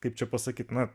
kaip čia pasakyt na